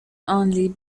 only